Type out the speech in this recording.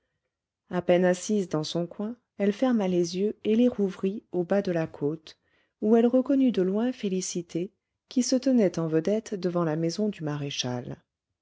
à peine assise dans son coin elle ferma les yeux et les rouvrit au bas de la côte où elle reconnut de loin félicité qui se tenait en vedette devant la maison du maréchal